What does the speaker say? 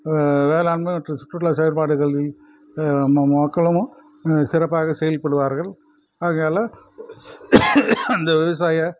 வேளாண்மை மற்றும் சுற்றுலா செயல்பாடுகளில் நம்ம மக்களும் சிறப்பாக செயல்படுவார்கள் ஆகையால அந்த விவசாய